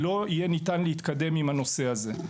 לא יהיה ניתן להתקדם עם הנושא הזה.